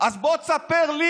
אז בוא תספר לי,